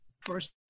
First